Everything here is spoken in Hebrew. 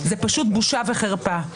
זה פשוט בושה וחרפה.